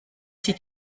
sieht